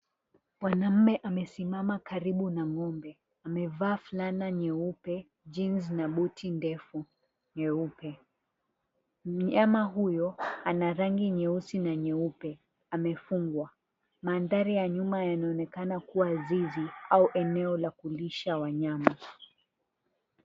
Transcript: Mwanaume amesimama karibu na ng'ombe. Amevaa fulana nyeupe jeans na buti ndefu nyeupe. Mnyama huyo ana rangi nyeusi na nyeupe, amefungwa. Mandhari ya nyuma yanaonekana kuwa zizi, au eneo la kulisha wanyama.